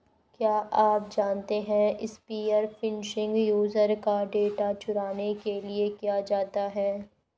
क्या आप जानते है स्पीयर फिशिंग यूजर का डेटा चुराने के लिए किया जाता है?